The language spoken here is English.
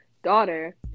daughter